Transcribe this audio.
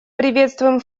приветствуем